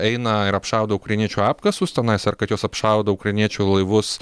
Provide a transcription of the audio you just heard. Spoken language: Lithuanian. eina ir apšaudo ukrainiečių apkasus tenais ar kad jos apšaudo ukrainiečių laivus